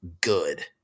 good